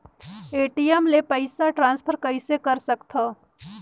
ATM ले पईसा transfer कइसे कर सकथव?